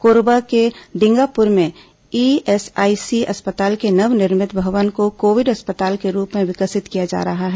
कोरबा के डिंगापुर में ईएसआईसी अस्पताल के नवनिर्मित भवन को कोविड अस्पताल के रूप में विकसित किया जा रहा है